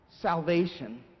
salvation